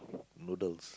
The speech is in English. noodles